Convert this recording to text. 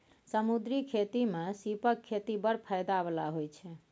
समुद्री खेती मे सीपक खेती बड़ फाएदा बला होइ छै